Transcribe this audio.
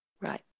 Right